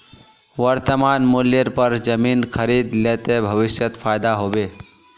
वर्तमान मूल्येर पर जमीन खरीद ले ते भविष्यत फायदा हो बे